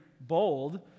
bold